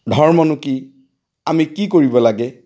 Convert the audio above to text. ধৰ্মনো কি আমি কি কৰিব লাগে